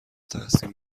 تحسین